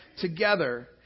together